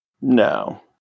No